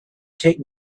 take